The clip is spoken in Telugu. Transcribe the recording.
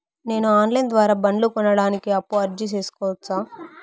నేను ఆన్ లైను ద్వారా బండ్లు కొనడానికి అప్పుకి అర్జీ సేసుకోవచ్చా?